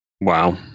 Wow